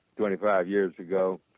twenty five years ago.